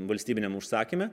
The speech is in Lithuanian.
valstybiniam užsakyme